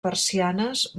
persianes